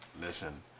Listen